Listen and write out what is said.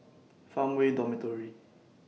Farmway Dormitory